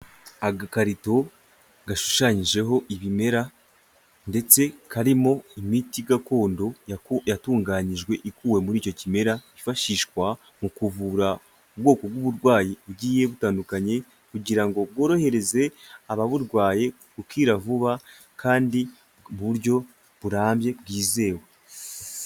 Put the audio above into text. Agakarito gashushanyijeho ibimera ndetse karimo imiti gakondo yatunganyijwe ikuwe muri icyo kimera yifashishwa mu kuvura ubwoko bw'uburwayi bugiye butandukanye kugira ngo bworohereze ababurwaye gukira vuba kandi buryo burambye bwizewe.